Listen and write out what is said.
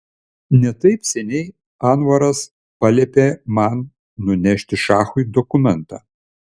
ne taip seniai anvaras paliepė man nunešti šachui dokumentą